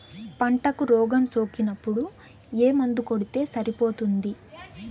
పంటకు రోగం సోకినపుడు ఏ మందు కొడితే సరిపోతుంది?